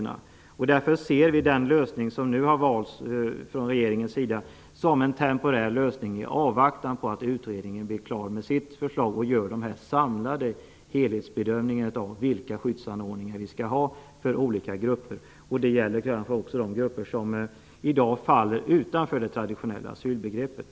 Vi ser därför den lösning som regeringen nu har valt som en temporär lösning i avvaktan på att utredningen blir klar med sitt förslag och man kan göra en samlad helhetsbedömning av vilka skyddsanordningar som skall finnas för olika grupper. Det gäller kanske också de grupper som i dag faller utanför det traditionella asylbegreppet.